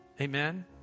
Amen